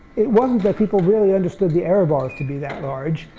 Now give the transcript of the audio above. it wasn't that people really understood the error bars to be that large.